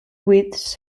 widths